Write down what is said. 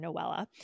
Noella